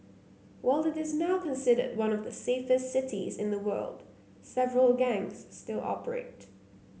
while it is now considered one of the safest cities in the world several gangs still operate